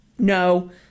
No